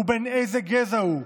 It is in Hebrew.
ובן איזה גזע הוא.